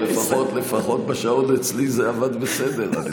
לפחות בשעון אצלי זה עבד בסדר.